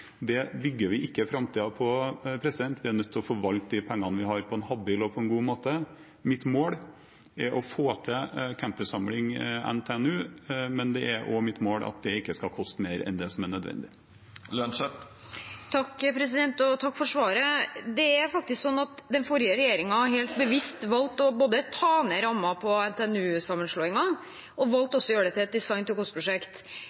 bygger vi ikke framtiden på. Vi er nødt til å forvalte de pengene vi har, på en habil og god måte. Mitt mål er å få til campussamling NTNU, men det er også mitt mål at det ikke skal koste mer enn det som er nødvendig. Takk for svaret. Det er faktisk sånn at den forrige regjeringen helt bevisst valgte både å ta ned rammen på NTNU-sammenslåingen og